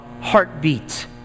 heartbeat